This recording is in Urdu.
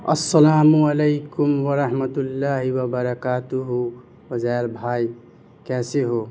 السلام علیکم ورحمت اللہ وبرکاتہ عزیر بھائی کیسے ہو